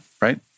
right